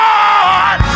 God